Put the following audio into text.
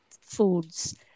foods